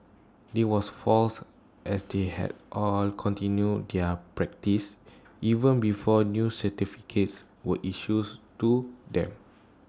this was false as they had all continued their practice even before new certificates were issues to them